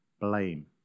blame